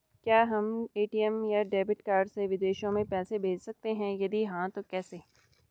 क्या हम ए.टी.एम या डेबिट कार्ड से विदेशों में पैसे भेज सकते हैं यदि हाँ तो कैसे?